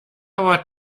our